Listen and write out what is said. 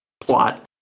plot